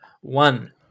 one